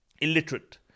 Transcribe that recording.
illiterate